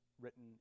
written